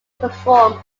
perform